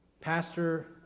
Pastor